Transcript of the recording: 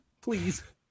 Please